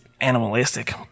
animalistic